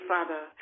Father